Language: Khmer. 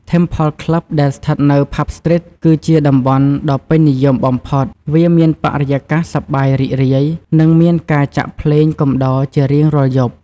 Temple Club ដែលស្ថិតនៅ Pub Street គឺជាតំបន់ដ៏ពេញនិយមបំផុត វាមានបរិយាកាសសប្បាយរីករាយ និងមានការចាក់ភ្លេងកំដរជារៀងរាល់យប់។